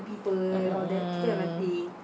mm mm